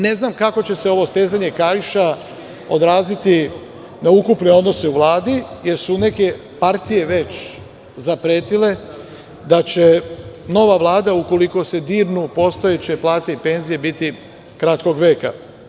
Ne znam kako će se ovo stezanje kaiša odraziti na ukupne odnose u Vladi, jer su neke partije već zapretile da će nova Vlada ukoliko se dirnu postojeće plate i penzije biti kratkog veka.